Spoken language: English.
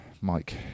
Mike